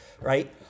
Right